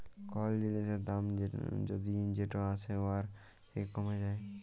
call জিলিসের দাম যদি যেট আসে উয়ার থ্যাকে কমে যায়